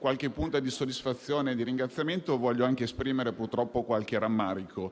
una punta di soddisfazione e un ringraziamento, voglio anche esprimere, purtroppo, qualche rammarico